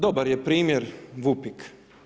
Dobar je primjer VUPIK.